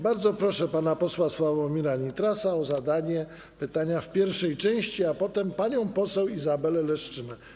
Bardzo proszę pana posła Sławomira Nitrasa o zadanie pytania w pierwszej części, a potem poproszę panią poseł Izabelę Leszczynę.